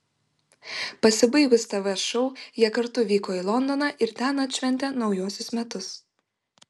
pasibaigus tv šou jie kartu vyko į londoną ir ten atšventė naujuosius metus